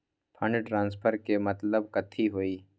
Fund transfer के मतलब कथी होई?